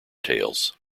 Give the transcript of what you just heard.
tails